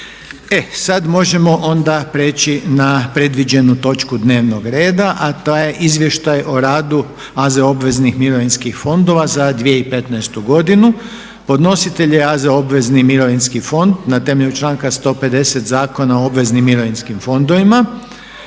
sada možemo onda preći na predviđenu točku dnevnog reda a to je: - Izvještaj o radu AZ obveznih mirovinskih fondova za 2015. godinu Podnositelj: AZ obvezni mirovinski fond Na temelju članka 150. Zakona o obveznim mirovinskim fondovima.